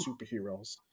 superheroes